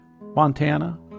Montana